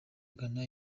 ghana